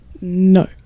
No